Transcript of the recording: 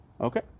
Okay